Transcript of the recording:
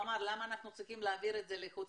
הוא אמר למה אנחנו צריכים להעביר את זה לחוץ